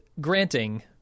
granting